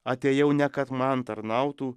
atėjau ne kad man tarnautų